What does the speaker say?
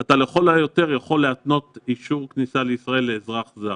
אתה לכל היותר יכול להתנות אישור כניסה לישראל לאזרח זר.